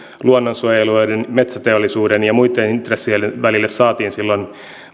luonnonsuojelijoiden metsäteollisuuden ja muitten intressien välille saatiin silloin